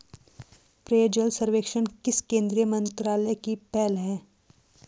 पेयजल सर्वेक्षण किस केंद्रीय मंत्रालय की पहल है?